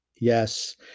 Yes